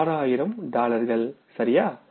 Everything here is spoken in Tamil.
6000 டாலர்கள்சரியா